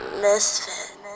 Misfit